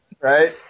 Right